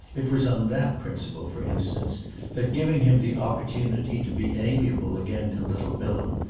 it was on that principle for instance that, giving him the opportunity to be amiable again to little bilham,